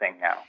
now